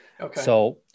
Okay